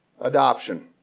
adoption